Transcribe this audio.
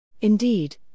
Indeed